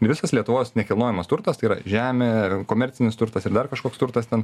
viskas lietuvos nekilnojamas turtas tai yra žemė komercinis turtas ir dar kažkoks turtas ten